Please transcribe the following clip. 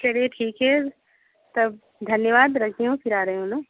चलिए ठीक है तब धन्यवाद रख रही हूँ फिर आ रही हूँ ना